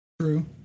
true